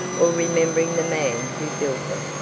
or remembering the man who built it.